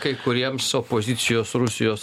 kai kuriems opozicijos rusijos